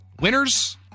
winners